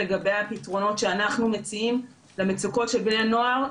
לגבי הפתרונות שאנחנו מציעים למצוקות של בני הנוער,